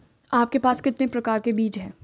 आपके पास कितने प्रकार के बीज हैं?